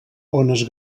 ones